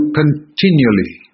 continually